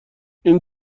این